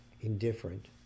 indifferent